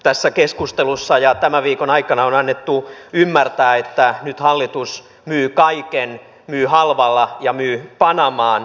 tässä keskustelussa ja tämän viikon aikana on annettu ymmärtää että nyt hallitus myy kaiken myy halvalla ja myy panamaan